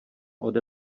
ode